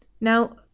Now